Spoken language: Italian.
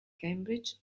cambridge